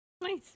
nice